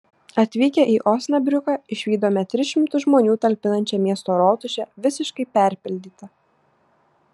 atvykę į osnabriuką išvydome tris šimtus žmonių talpinančią miesto rotušę visiškai perpildytą